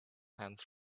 hands